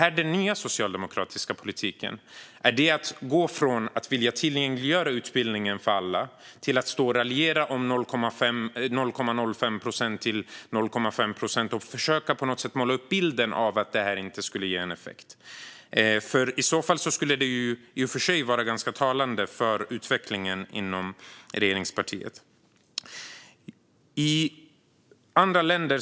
Är den nya socialdemokratiska politiken att gå från att vilja tillgängliggöra utbildning för alla till att stå och raljera om en höjning från 0,05 procent till 0,5 procent och på något sätt försöka måla upp bilden av att den inte skulle ge en effekt? I så fall skulle det i och för sig vara ganska talande för utvecklingen inom regeringspartiet.